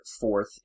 fourth